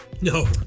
no